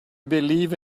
believe